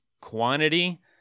quantity